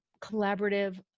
collaborative